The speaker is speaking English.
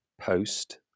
post